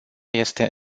este